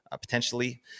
Potentially